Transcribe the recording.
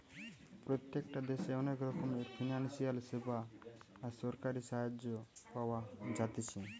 প্রত্যেকটা দেশে অনেক রকমের ফিনান্সিয়াল সেবা আর সরকারি সাহায্য পাওয়া যাতিছে